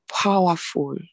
powerful